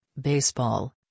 baseball